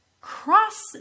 cross